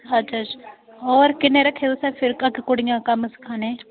अच्छा अच्छा होर किन्ने रक्खे दे तुस कश कुड़ियां कम्म सखाने